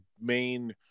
main